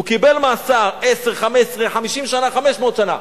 הוא קיבל מאסר, 10, 15, 50 שנה, 500 שנה.